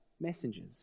messengers